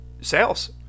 Sales